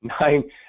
nine